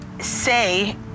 say